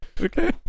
Okay